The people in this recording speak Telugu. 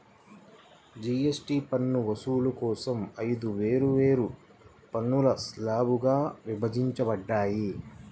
జీఎస్టీ పన్ను వసూలు కోసం ఐదు వేర్వేరు పన్ను స్లాబ్లుగా విభజించబడ్డాయి